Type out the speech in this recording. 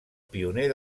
pioner